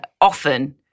often